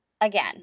Again